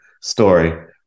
story